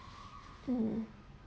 um